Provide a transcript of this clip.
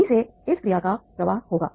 यही से इस क्रिया का प्रवाह होगा